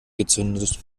gezündet